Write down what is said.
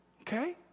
Okay